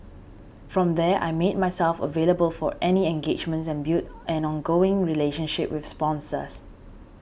from there I made myself available for any engagements and built an ongoing relationship with sponsors